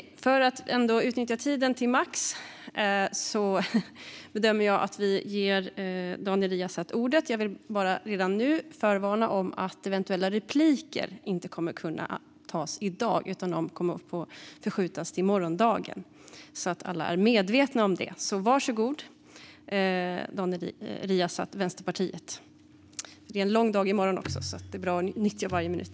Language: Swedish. För att utnyttja tiden till max bedömer jag att jag kan ge Daniel Riazat ordet för ett anförande. Jag vill dock redan nu förvarna om att eventuella repliker inte kommer att kunna tas i dag, utan de skjuts upp till morgondagen. Det blir en lång dag i morgon också, så det gäller att nyttja varje minut.